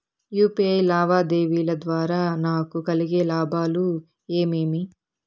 UPI లావాదేవీల ద్వారా నాకు కలిగే లాభాలు ఏమేమీ?